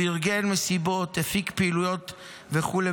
הוא ארגן מסיבות, הפיק פעילויות וכו'.